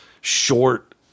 short